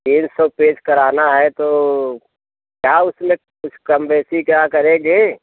तीन सौ पेज कराना है तो का वह सिलिप कुछ कमो बेशी क्या करेंगे